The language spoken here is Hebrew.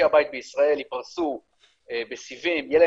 מהיישובים הערביים יהיו חלק מאותם יישובים שיידרש להם